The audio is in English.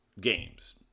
games